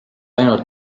ainult